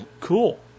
Cool